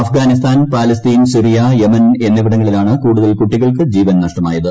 Afghanistan Palestine Syria Yemen എന്നിവിടങ്ങളിലാണ് കൂടുതൽ കുട്ടികൾക്ക് ജീവൻ നഷ്ടമായത്